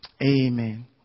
Amen